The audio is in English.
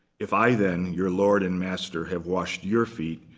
if i, then, your lord and master, have washed your feet,